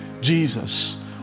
Jesus